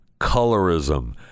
colorism